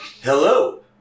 Hello